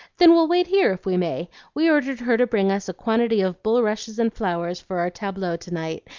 then we'll wait here if we may. we ordered her to bring us a quantity of bulrushes and flowers for our tableaux to-night,